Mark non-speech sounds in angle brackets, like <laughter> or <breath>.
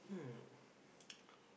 hmm <breath>